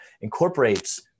incorporates